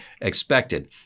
expected